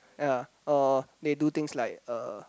ya or they do things like uh